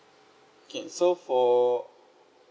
K so for